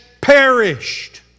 perished